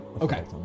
Okay